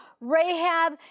Rahab